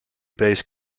base